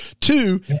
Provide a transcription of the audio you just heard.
Two